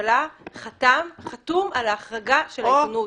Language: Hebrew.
בממשלה חתום על ההחרגה של העיתונות?